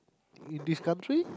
in this country